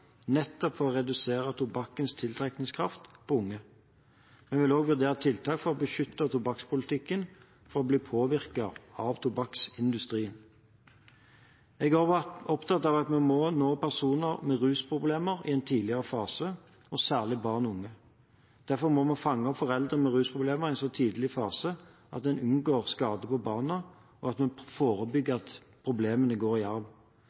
nettopp for å redusere tobakkens tiltrekningskraft på unge. Vi vil også vurdere tiltak for å beskytte tobakkspolitikken fra å bli påvirket av tobakksindustrien. Jeg er opptatt av at vi må nå personer med rusproblemer i en tidlig fase, og særlig barn og unge. Derfor må vi fange opp foreldre med rusproblemer i en så tidlig fase at en unngår skader på barna, og at vi kan forebygge at problemene går i arv.